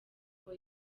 uko